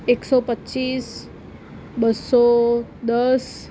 એકસો પચીસ બસો દસ